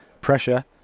pressure